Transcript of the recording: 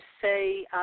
say